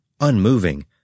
unmoving